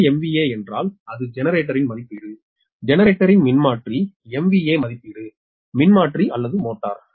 பழைய MVA என்றால் அது ஜெனரேட்டரின் மதிப்பீடு ஜெனரேட்டரின் மின்மாற்றி MVA மதிப்பீடு மின்மாற்றி அல்லது மோட்டார்